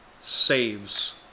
saves